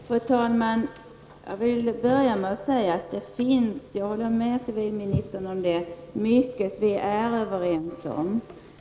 Fru talman! Jag vill börja med att säga att det finns mycket som vi är överens om -- jag håller med civilministern om det.